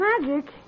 Magic